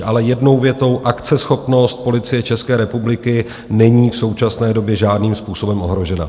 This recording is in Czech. Ale jednou větou: akceschopnost Policie České republiky není v současné době žádným způsobem ohrožena.